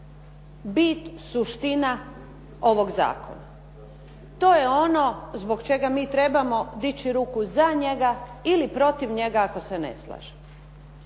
bit, suština ovog zakona. To je ono zbog čega mi trebamo dići ruku za njega ili protiv njega ako se ne slažemo.